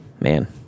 Man